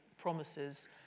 promises